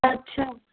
अच्छा